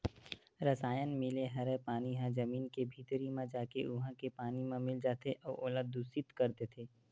रसायन मिले हरय पानी ह जमीन के भीतरी म जाके उहा के पानी म मिल जाथे अउ ओला दुसित कर देथे